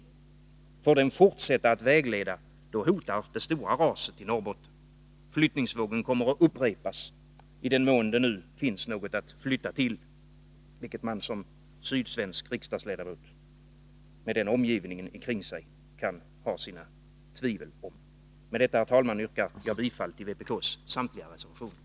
För får den fortsätta att vägleda, då hotar det stora raset i Norrbotten. Flyttningsvågen kommer att upprepas — i den mån det nu finns något att flytta till, vilket man som sydsvensk riksdagsledamot med den omgivningen omkring sig kan ha sina tvivel om. Med detta, herr talman, yrkar jag bifall till vpk:s samtliga reservationer.